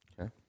Okay